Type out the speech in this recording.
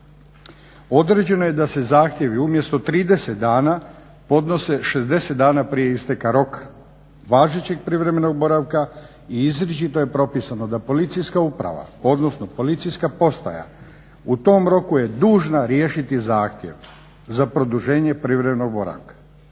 Određeno je da se zahtjevi umjesto 30 dana podnose 60 dana prije isteka roka važećeg privremenog boravka i izričito je propisano da policijska uprava, odnosno policijska postaja u tom roku je dužna riješiti zahtjev za produženje privremenog boravka.